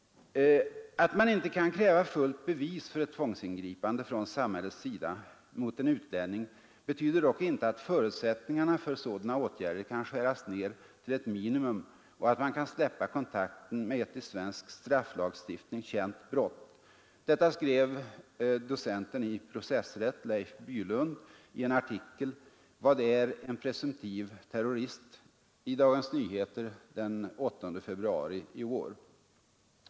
”Att man inte kan kräva fullt bevis för ett tvångsingripande från samhällets sida mot en utlänning betyder dock inte att förutsättningarna för sådana åtgärder kan skäras ned till ett minimum och att man kan släppa kontakten med ett i svensk strafflagstiftning känt brott”, skrev docenten i processrätt Leif Bylund i en artikel — ”Vad är en presumtiv terrorist?” i Dagens Nyheter den 8 februari.